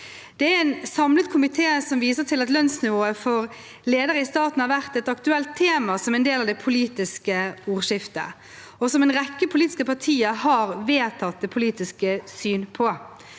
Det er en samlet komité som viser til at lønnsnivået for ledere i staten har vært et aktuelt tema som en del av det politiske ordskiftet, og som en rekke politiske partier har vedtatt politisk syn på.